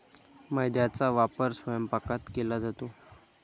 मैद्याचा वापर स्वयंपाकात केला जातो